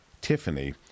Tiffany